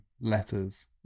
letters